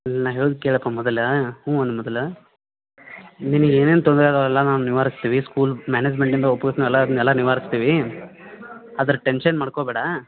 ನಾನು ಹೇಳುದು ಕೇಳಿಕೋ ಮೊದಲು ಹ್ಞೂ ಅನ್ನು ಮೊದಲು ನಿನಗೆ ಏನೇನು ತೊಂದರೆ ಇದ್ದಾವಲ್ಲ ನಾನು ನಿವಾರಿಸ್ತೀನಿ ಸ್ಕೂಲ್ ಮ್ಯಾನೇಜ್ಮೆಂಟ್ನಿಂದ ಒಪ್ಪುಸ್ತ್ನಿ ಎಲ್ಲರನ್ನ ಎಲ್ಲ ನಿವಾರಿಸ್ತೀವಿ ಅದ್ರ ಟೆನ್ಶನ್ ಮಾಡ್ಕೋಬೇಡ